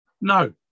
No